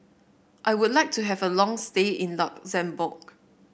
I would like to have a long stay in Luxembourg